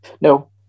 No